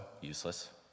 useless